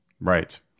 Right